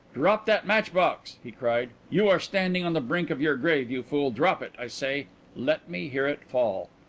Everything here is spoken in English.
drop that matchbox, he cried. you are standing on the brink of your grave, you fool! drop it, i say let me hear it fall.